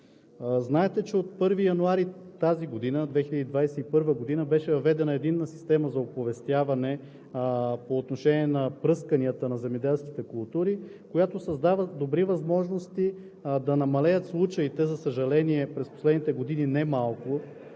Знаете, че от 1 януари, тази година – 2021 г., беше въведена единна система за оповестяване по отношение на пръсканията на земеделските култури, която създава добри възможности да намалеят случаите, за съжаление, през последните години немалко,